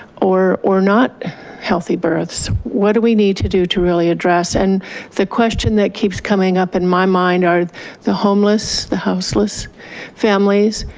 or or not healthy births? what do we need to do to really address and the question that keeps coming up in my mind are the homeless, the houseless families,